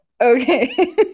Okay